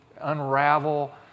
unravel